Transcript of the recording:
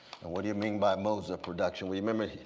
what do you mean by modes of production? remember,